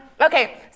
Okay